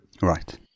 Right